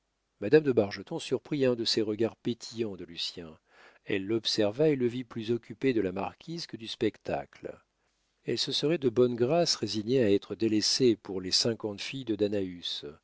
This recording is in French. madame de bargeton surprit un des regards pétillants de lucien elle l'observa et le vit plus occupé de la marquise que du spectacle elle se serait de bonne grâce résignée à être délaissée pour les cinquante filles de danaüs